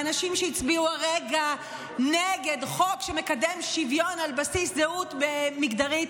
האנשים שהצביעו הרגע נגד חוק שמקדם שוויון על בסיס זהות מגדרית,